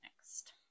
next